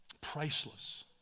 priceless